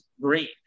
great